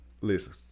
Listen